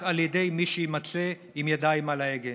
על ידי מי שיימצא עם ידיים על ההגה.